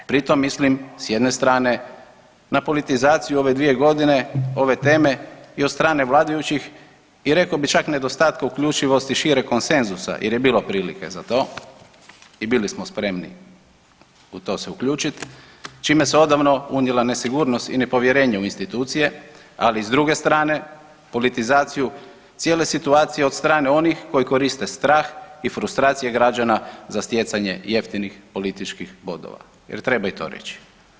Pri tom mislim s jedne strane na politizaciju ove 2 godine ove teme i od strane vladajućih i rekao bih čak nedostatka uključivosti šireg konsenzusa jer je bilo prilike za to i bili smo spremi u to se uključit čime se odavno unijela nesigurnost i nepovjerenje u institucije, ali i s druge strane politizaciju cijele situacije od strane onih koji koriste strah i frustracije građana za stjecanje jeftinih političkih bodova jer treba i to reći.